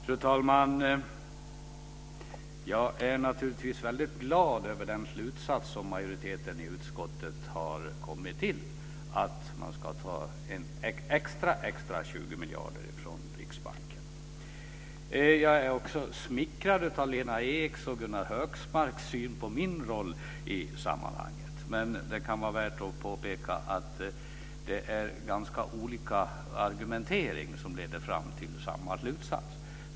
Fru talman! Jag är naturligtvis väldigt glad över den slutsats som majoriteten i utskottet kommit till, att man ska ta extra 20 miljarder från Riksbanken. Jag är också smickrad av Lena Eks och Gunnar Hökmarks syn på min roll i sammanhanget, men det kan vara värt att påpeka att det är ganska olika argumentering som leder fram till samma slutsats.